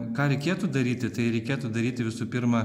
ką reikėtų daryti tai reikėtų daryti visų pirma